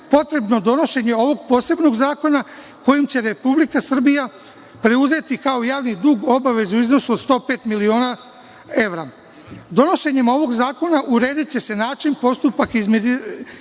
potrebno donošenje ovog posebnog zakona, kojim će Republika Srbija preuzeti, kao javni dug, obavezu u iznosu od 105 miliona evra. Donošenjem ovog zakona urediće se način, postupak izmirivanja